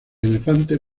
elefante